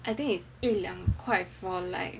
I think is 一两块 for like